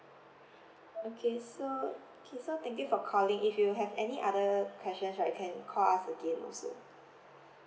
okay so K so thank you for calling if you have any other questions right you can call us again also